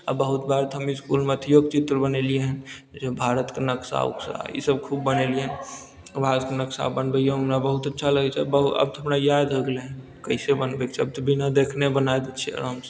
आ बहुत बार तऽ हम इसकुलमे अथियोके चित्र बनेलियै हँ जे भारतके नक्शा उक्शा ई सब खूब बनेलियै भारतके नक्शा बनबैयोमे हमरा बहुत अच्छा लगै छै आब तऽ हमरा याद होइ गेलै हन कैसे बनबैके छै आब बिना देखने बना दै छियै आराम सऽ